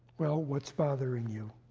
well, what's bothering you?